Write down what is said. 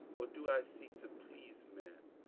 or do i seek to please men?